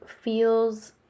feels